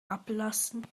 abblasen